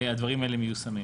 הדברים האלה מיושמים.